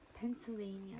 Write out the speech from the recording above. Pennsylvania